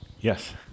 Yes